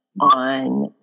on